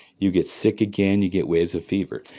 you get sick again, you get waves of fever.